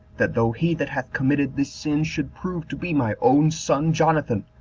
that though he that hath committed this sin should prove to be my own son jonathan,